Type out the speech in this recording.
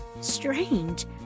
strange